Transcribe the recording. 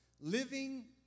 living